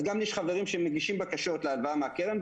אז גם יש חברים שמגישים בקשות להלוואה מהקרן,